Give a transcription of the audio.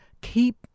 keep